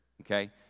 okay